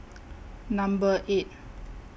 Number eight